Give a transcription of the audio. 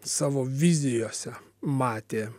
savo vizijose matė